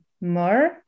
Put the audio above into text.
more